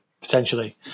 potentially